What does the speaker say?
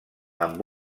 amb